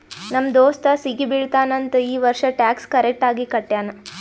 ನಮ್ ದೋಸ್ತ ಸಿಗಿ ಬೀಳ್ತಾನ್ ಅಂತ್ ಈ ವರ್ಷ ಟ್ಯಾಕ್ಸ್ ಕರೆಕ್ಟ್ ಆಗಿ ಕಟ್ಯಾನ್